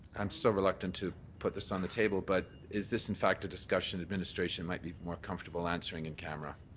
i'm still reluctant to put this on the table but is this in fact a discussion administration might be more comfortable answering in camera?